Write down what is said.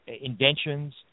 inventions